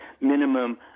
minimum